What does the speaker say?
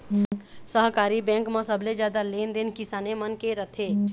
सहकारी बेंक म सबले जादा लेन देन किसाने मन के रथे